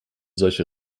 solche